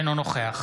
אינו נוכח